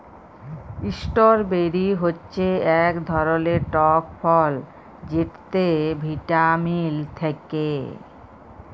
strawberry হচ্যে ইক ধরলের টক ফল যেটতে ভিটামিল থ্যাকে